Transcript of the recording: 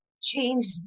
change